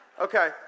Okay